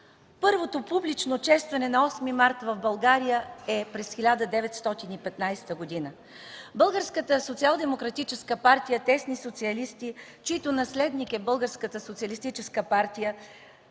Първото публично честване на 8 март в България е през 1915 г. Българската социалдемократическа партия (тесни социалисти), чийто наследник е Българската социалистическа партия,